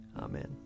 Amen